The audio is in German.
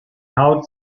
haut